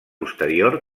posterior